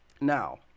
now